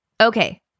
Okay